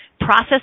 process